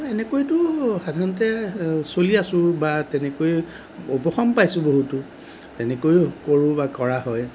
সেনেকৈতো সাধাৰণতে চলি আছোঁ বা তেনেকৈয়ে উপশম পাইছোঁ বহুতো তেনেকৈ কৰোঁ বা কৰা হয়